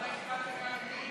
התשע"ח 2018, נתקבל.